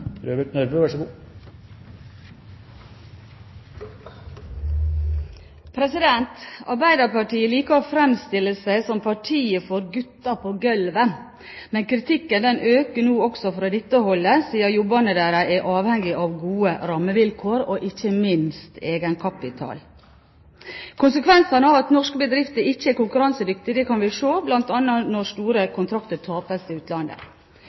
Arbeiderpartiet liker å framstille seg som «partiet for gutta på gølvet». Men kritikken øker nå også fra dette holdet, siden jobbene deres er avhengige av gode rammevilkår og ikke minst egenkapital. Konsekvensene av at norske bedrifter ikke er konkurransedyktige, kan vi se bl.a. når store kontrakter tapes til utlandet.